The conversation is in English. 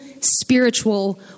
spiritual